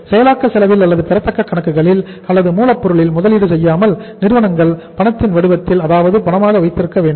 செயலாக்க செலவில் அல்லது பெறத்தக்க கணக்குகளில் அல்லது மூலப் பொருளில் முதலீடு செய்யாமல் நிறுவனங்கள் பணத்தின் வடிவத்தில் அதாவது பணமாக வைத்திருக்க வேண்டும்